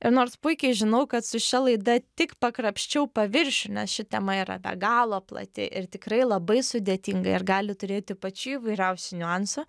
ir nors puikiai žinau kad su šia laida tik pakrapščiau paviršių nes ši tema yra be galo plati ir tikrai labai sudėtinga ir gali turėti pačių įvairiausių niuansų